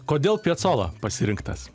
kodėl pjacola pasirinktas